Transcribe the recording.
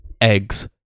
Eggs